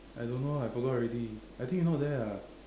I don't know I forgot already I think you're not there ah